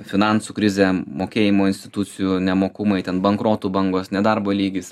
finansų krizė mokėjimo institucijų nemokumui ten bankrotų bangos nedarbo lygis